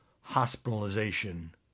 hospitalization